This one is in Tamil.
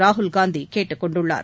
ராகுல் காந்திகேட்டுக் கொண்டுள்ளார்